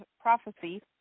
prophecy